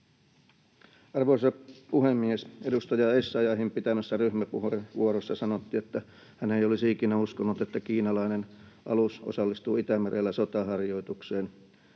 Arvoisa puhemies! Edustaja Essayahin pitämässä ryhmäpuheenvuorossa sanottiin, että hän ei olisi ikinä uskonut, että kiinalainen alus osallistuu Itämerellä sotaharjoitukseen.